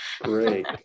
Great